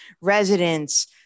residents